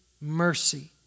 mercy